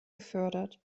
gefördert